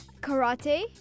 karate